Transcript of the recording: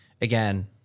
Again